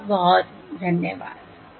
बहुत बहुत धन्यवाद